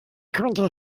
konnte